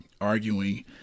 arguing